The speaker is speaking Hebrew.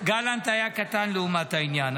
גלנט היה קטן לעומת העניין.